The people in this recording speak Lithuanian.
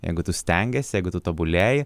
jeigu tu stengiesi jeigu tu tobulėji